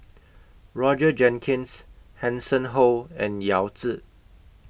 Roger Jenkins Hanson Ho and Yao Zi